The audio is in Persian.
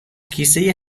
کیسه